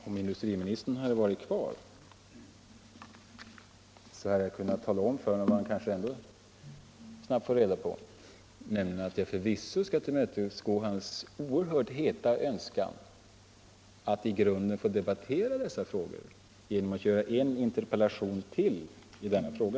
Om industriministern hade varit kvar så hade jag kunnat tala om för honom vad han kanske ändå snabbt får reda på, nämligen att jag förvisso skall tillmötesgå hans oerhört heta önskan att i grunden få debattera dessa frågor genom att framställa en interpellation till i detta ämne.